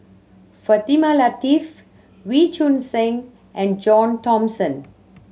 Fatimah Lateef Wee Choon Seng and John Thomson